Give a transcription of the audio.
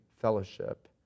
fellowship